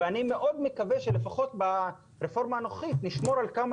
אני מקווה מאוד שלפחות ברפורמה הנוכחית נשמור על כמה